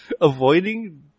avoiding